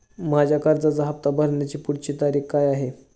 माझ्या कर्जाचा हफ्ता भरण्याची पुढची तारीख काय आहे?